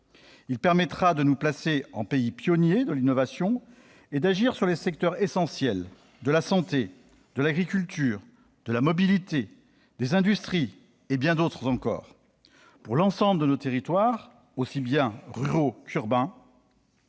il permettra de nous placer en pays pionnier de l'innovation et d'agir sur les secteurs essentiels de la santé, de l'agriculture, de la mobilité, des industries et bien d'autres encore, pour l'ensemble de nos territoires, aussi bien ruraux qu'urbains.